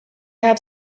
have